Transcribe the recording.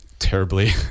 terribly